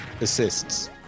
assists